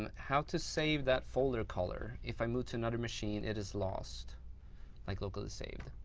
um how to save that folder color. if i moved to another machine, it is lost like, locally saved.